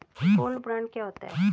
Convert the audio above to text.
Gold bond क्या होता है?